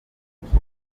inzoga